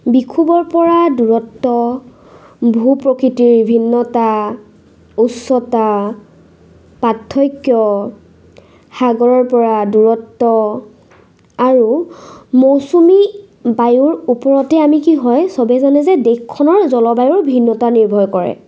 বিষুবৰপৰা দূৰত্ব ভূ প্ৰকৃতিৰ ভিন্নতা উচ্চতা পাৰ্থক্য সাগৰৰপৰা দূৰত্ব আৰু মৌচুমী বায়ুৰ ওপৰতে আমি কি হয় চবেই জানে যে দেশখনৰ জলবায়ুৰ ভিন্নতা নিৰ্ভৰ কৰে